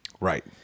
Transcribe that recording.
Right